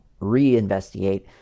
reinvestigate